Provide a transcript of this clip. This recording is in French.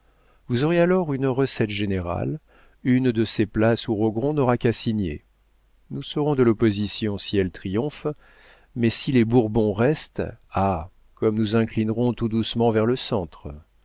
vous aurez alors une recette générale une de ces places où rogron n'aura qu'à signer nous serons de l'opposition si elle triomphe mais si les bourbons restent ah comme nous inclinerons tout doucement vers le centre